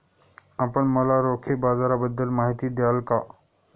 आपण मला रोखे बाजाराबद्दल माहिती द्याल का?